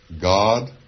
God